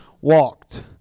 walked